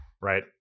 right